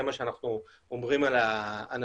זה מה שאנחנו אומרים על האנשים,